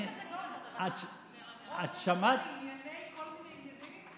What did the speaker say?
את שמעת, ראש הממשלה לענייני כל מיני עניינים?